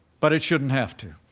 but it shouldn't have to.